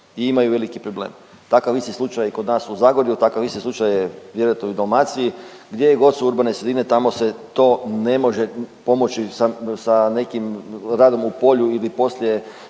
i imaju veliki problem. Takav isti slučaj je kod nas i u Zagorju, takav isti slučaj je vjerojatno i u Dalmaciji gdjegod su urbane sredine tamo se to ne može pomoći sa nekim radom u polju ili poslijepodne